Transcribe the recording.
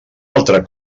altra